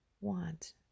want